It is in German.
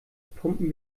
pumpen